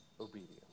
obedience